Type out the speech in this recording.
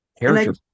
Character